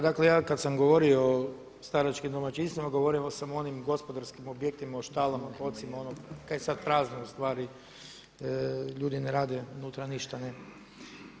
Dakle ja kada sam govorio o staračkim domaćinstvima govorio sam o onim gospodarskim objektima, o štalama, … kaj je sada prazno ustvari, ljudi ne rade unutra ništa nema.